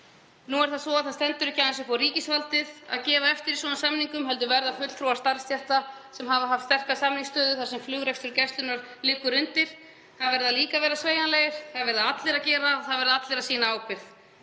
sé ábótavant. Það stendur ekki aðeins upp á ríkisvaldið að gefa eftir í svona samningum heldur verða fulltrúar starfsstétta, sem hafa haft sterka samningsstöðu þar sem flugrekstur Gæslunnar liggur undir, að vera sveigjanlegir. Það verða allir að gera og það verða allir að sýna ábyrgð.